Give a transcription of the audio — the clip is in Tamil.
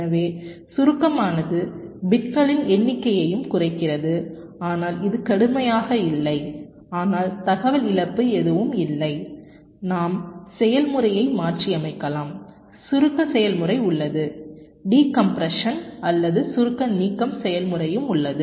எனவே சுருக்கமானது பிட்களின் எண்ணிக்கையையும் குறைக்கிறது ஆனால் இது கடுமையாக இல்லை ஆனால் தகவல் இழப்பு எதுவும் இல்லை நாம் செயல்முறையை மாற்றியமைக்கலாம் சுருக்க செயல்முறை உள்ளது டிகம்ப்ரசன் அல்லது சுருக்க நீக்கம் செயல்முறையும் உள்ளது